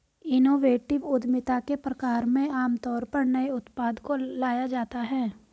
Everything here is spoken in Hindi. इनोवेटिव उद्यमिता के प्रकार में आमतौर पर नए उत्पाद को लाया जाता है